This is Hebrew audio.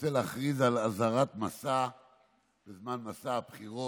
אני רוצה להכריז על אזהרת מסע בזמן מסע הבחירות,